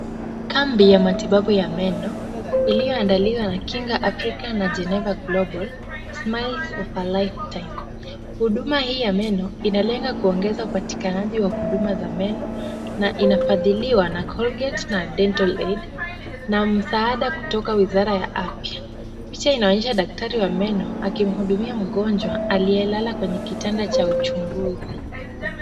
Kambi ya matibabu ya meno iliyoandaliwa na Kinga Africa na Geneva Global Smiles of a Lifetime. Huduma hii ya meno inalenga kuongeza upatikananji wa huduma za meno na inafadhiliwa na Colgate na Dentalaid na msaada kutoka wizara ya afya. Picha inaonyesha daktari wa meno akimhudumia mgonjwa aliyelala kwenye kitanda cha uchunguzi.